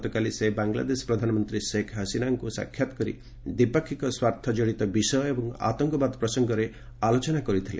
ଗତକାଲି ସେ ବାଂଗଲାଦେଶ ପ୍ରଧାନମନ୍ତ୍ରୀ ଶେଖ ହସିନାଙ୍କ ସାକ୍ଷାତ କରି ଦ୍ୱିପାକ୍ଷିକ ସ୍ୱାର୍ଥଜଡିତ ବିଷୟ ଏବଂ ଆତଙ୍କବାଦ ପ୍ରସଙ୍ଗରେ ଆଲୋଚନା କରିଥିଲେ